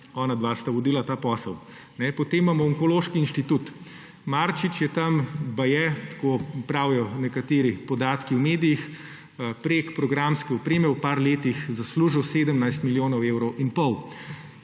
Onadva sta vodila ta posel. Potem imamo Onkološki inštitut. Marčič je tam baje, tako pravijo nekateri podatki v medijih, preko programske opreme v nekaj letih zaslužil 17 milijonov evrov in pol.